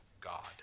God